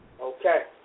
okay